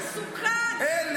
מסוכן, אתה מסוכן לעם הזה.